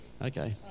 Okay